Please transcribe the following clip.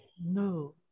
No